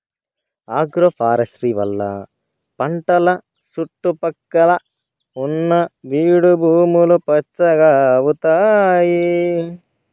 agroforestry వల్ల పంటల సుట్టు పక్కల ఉన్న బీడు భూములు పచ్చగా అయితాయి